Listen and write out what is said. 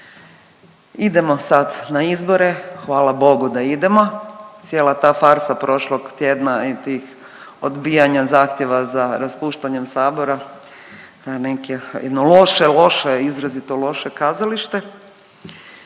Idemo sad na izbore, hvala Bogu da idemo, cijela ta farsa prošlog tjedna i tih odbijanja zahtjeva za raspuštanjem sabora …/Govornik se ne razumije./… jedno loše, loše, izrazito loše kazalište.